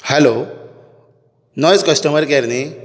hello नोयज customer care न्ही